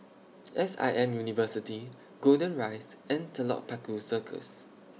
S I M University Golden Rise and Telok Paku Circus